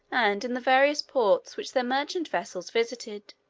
and in the various ports which their merchant vessels visited.